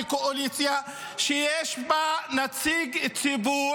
בקואליציה שיש בה נציג ציבור,